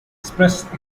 expressed